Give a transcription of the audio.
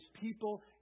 people